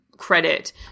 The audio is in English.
credit